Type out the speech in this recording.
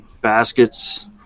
baskets